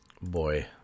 Boy